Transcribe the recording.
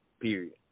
period